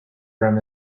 from